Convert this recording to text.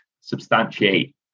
substantiate